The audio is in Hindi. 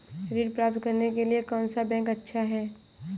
ऋण प्राप्त करने के लिए कौन सा बैंक अच्छा है?